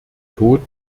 tod